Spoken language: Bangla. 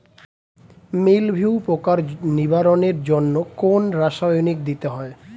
মিলভিউ পোকার নিবারণের জন্য কোন রাসায়নিক দিতে হয়?